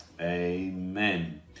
amen